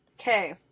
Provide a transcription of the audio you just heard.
Okay